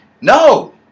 No